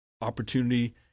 opportunity